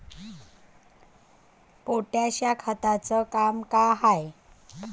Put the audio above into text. Potash या खताचं काम का हाय?